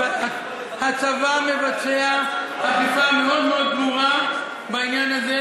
הצבא מבצע אכיפה מאוד מאוד ברורה בעניין הזה